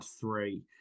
three